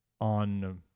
on